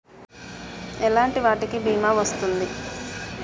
ఎలాంటి వాటికి బీమా వస్తుంది?